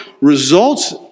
results